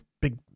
big